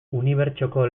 unibertsoko